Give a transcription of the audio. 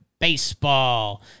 Baseball